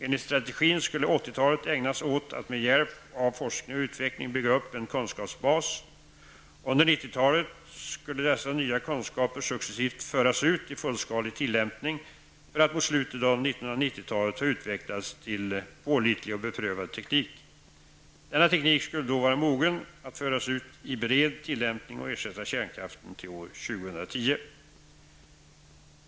Enligt strategin skulle 1980-talet ägnas åt att med hjälp av forskning och utveckling bygga upp en kunskapsbas. Under 1990-talet skulle dessa nya kunskaper successivt föras ut i fullskalig tillämpning för att mot slutet av 1990-talet ha utvecklats till pålitlig och beprövad teknik. Denna teknik skulle då vara mogen att föras ut i bred tillämpning och ersätta kärnkraften till år 2010.